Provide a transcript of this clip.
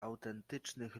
autentycznych